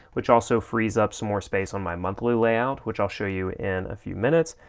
which also frees up some more space on my monthly layout, which i'll show you in a few minutes.